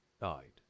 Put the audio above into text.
died